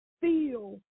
feel